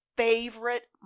favorite